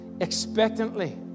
expectantly